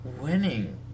Winning